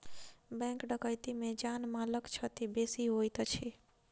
bank डकैती मे जान मालक क्षति बेसी होइत अछि